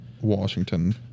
Washington